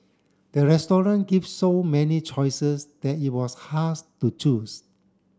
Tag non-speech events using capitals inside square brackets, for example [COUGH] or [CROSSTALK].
the restaurant give so many choices that it was [UNINTELLIGIBLE] to choose